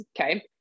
Okay